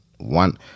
one